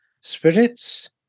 spirits